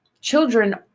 Children